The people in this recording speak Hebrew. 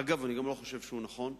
אגב, אני גם חושב שהוא לא נכון.